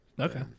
Okay